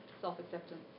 self-acceptance